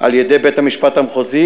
על-ידי בית-המשפט המחוזי,